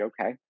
okay